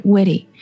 Witty